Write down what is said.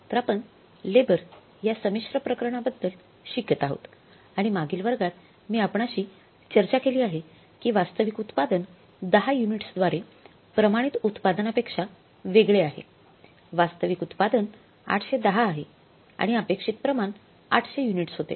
तर आपण लेबर या संमिश्र प्रकरणबद्दल शिकत आहोत आणि मागील वर्गात मी आपल्याशी चर्चा केली आहे की वास्तविक उत्पादन 10 युनिट्सद्वारे प्रमाणित उत्पादनापेक्षा वेगळे आहे वास्तविक उत्पादन 810 आहे आणि अपेक्षित प्रमाण 800 युनिट्स होते